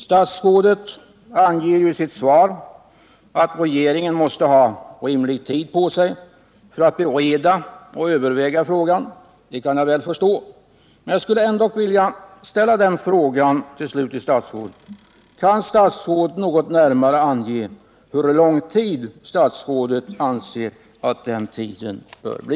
Statsrådet anger i sitt svar att regeringen måste ha rimlig tid på sig för att bereda och överväga frågan. Det kan jag väl förstå, men jag skulle ändock önska att statsrådet något närmare ville ange hur lång han anser att den tiden bör bli.